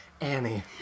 Annie